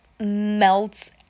melts